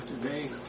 today